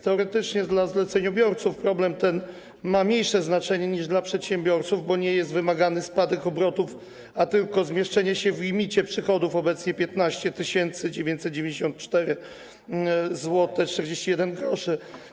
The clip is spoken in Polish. Teoretycznie dla zleceniobiorców problem ten ma mniejsze znaczenie niż dla przedsiębiorców, bo nie jest wymagany spadek obrotów, a tylko zmieszczenie się w limicie przychodów, obecnie to 15 994, 41 zł.